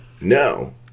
No